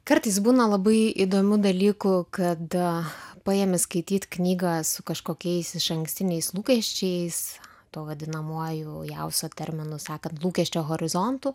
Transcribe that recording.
kartais būna labai įdomių dalykų kad paimi skaityti knygą su kažkokiais išankstiniais lūkesčiais tuo vadinamuoju jauso terminu sakant lūkesčio horizontu